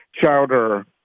chowder